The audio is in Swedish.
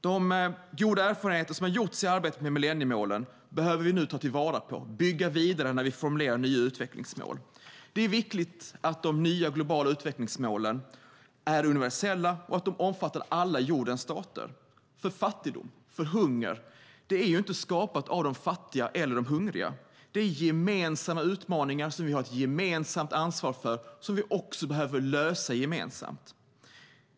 De goda erfarenheter som har gjorts i arbetet med millenniemålen behöver vi nu ta till vara och bygga vidare på när vi formulerar nya utvecklingsmål. Det är viktigt att de nya globala utvecklingsmålen är universella och att de omfattar alla jordens stater, för fattigdom och hunger skapas inte av de fattiga eller de hungriga. Det är gemensamma utmaningar som vi har ett gemensamt ansvar för och som vi också behöver lösa gemensamt.